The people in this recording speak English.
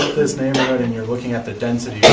this neighborhood and you're looking at the density,